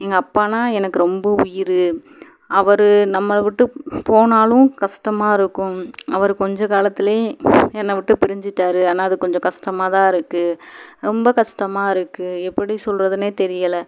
எங்கள் அப்பான்னா எனக்கு ரொம்ப உயிர் அவர் நம்மளை விட்டு போனாலும் கஸ்டமாக இருக்கும் அவர் கொஞ்சம் காலத்திலியே என்னை விட்டு பிரிஞ்சிட்டார் ஆனால் அது கொஞ்சம் கஸ்டமாகதான் இருக்குது ரொம்ப கஸ்டமாக இருக்குது எப்படி சொல்கிறதுன்னே தெரியலை